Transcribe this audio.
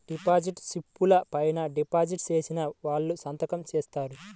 deposit స్లిపుల పైన deposit చేసిన వాళ్ళు సంతకం జేత్తారు